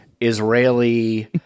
Israeli